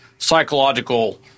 psychological